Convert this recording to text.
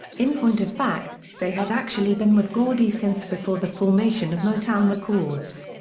in point of fact, they had actually been with gordy since before the formation of motown records.